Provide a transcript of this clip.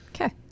okay